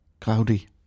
cloudy